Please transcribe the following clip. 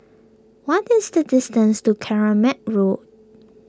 what is the distance to Keramat Road